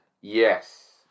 Yes